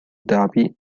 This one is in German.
dhabi